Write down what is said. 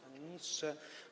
Panie Ministrze!